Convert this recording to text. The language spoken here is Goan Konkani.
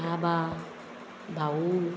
बाबा भाऊ